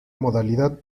modalidad